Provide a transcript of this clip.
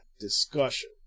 discussion